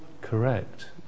correct